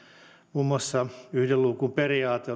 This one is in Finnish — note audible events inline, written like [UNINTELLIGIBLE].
muun muassa yhden luukun periaate [UNINTELLIGIBLE]